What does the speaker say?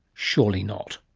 surely not.